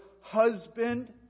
husband